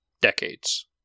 decades